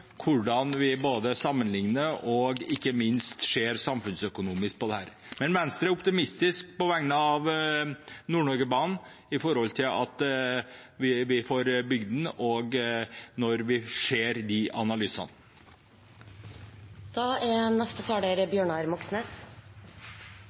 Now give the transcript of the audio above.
hvordan vi sammenligner og ikke minst ser samfunnsøkonomisk på dette. Venstre er optimistisk på vegne av Nord-Norge-banen og for at vi får bygd den når vi ser de analysene. Det er